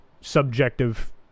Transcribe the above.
subjective